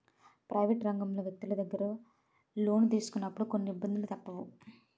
private రంగంలో వ్యక్తులు దగ్గర లోను తీసుకున్నప్పుడు కొన్ని ఇబ్బందులు తప్పవు